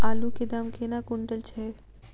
आलु केँ दाम केना कुनटल छैय?